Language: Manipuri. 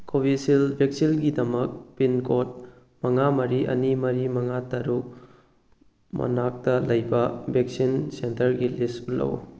ꯀꯣꯕꯤꯁꯤꯜ ꯚꯦꯛꯁꯤꯟꯒꯤꯗꯃꯛ ꯄꯤꯟꯀꯣꯗ ꯃꯉꯥ ꯃꯔꯤ ꯑꯅꯤ ꯃꯔꯤ ꯃꯉꯥ ꯇꯔꯨꯛ ꯃꯅꯥꯛꯇ ꯂꯩꯕ ꯚꯦꯛꯁꯤꯟ ꯁꯦꯟꯇꯔꯒꯤ ꯂꯤꯁ ꯎꯠꯂꯛꯎ